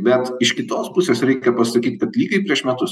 bet iš kitos pusės reikia pasakyt kad lygiai prieš metus